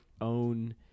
own